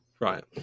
right